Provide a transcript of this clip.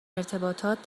ارتباطات